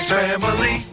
family